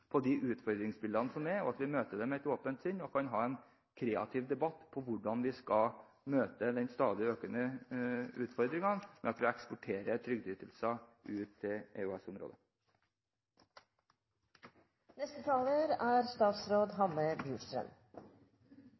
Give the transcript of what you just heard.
de utfordringsbildene som er, og at vi møter dette med et åpent sinn og kan ha en kreativ debatt om hvordan vi skal møte den stadig økende utfordringen med at vi eksporterer trygdeytelser ut til